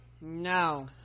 No